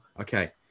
Okay